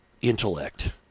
intellect